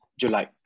July